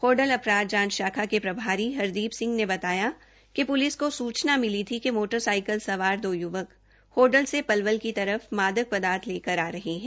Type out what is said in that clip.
होडल अपराध जांच शाखा के प्रभारी हरदीप सिंह ने बताया कि पुलिस को सूचनाप मिली थी कि मोटर साइकल सवार दो युवक होडल से पलवल की तरफ मादक पदार्थ लेकर आ रहे हैं